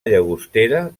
llagostera